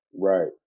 right